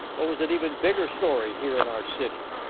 what was an even bigger story here in our city.